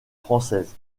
française